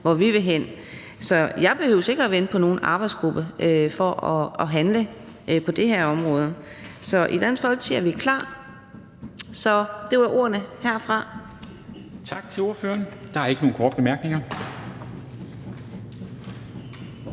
hvor vi vil hen, så jeg behøver ikke at vente på nogen arbejdsgruppe for at handle på det her område. I Dansk Folkeparti er vi klar. Det var ordene herfra. Kl. 12:55 Formanden (Henrik Dam Kristensen):